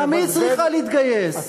גם היא צריכה להתגייס.